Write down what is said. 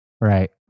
right